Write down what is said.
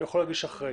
הוא יכול להגיש אחרי.